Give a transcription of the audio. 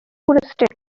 touristic